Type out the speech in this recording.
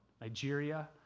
Nigeria